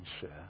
share